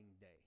day